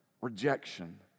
Rejection